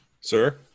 Sir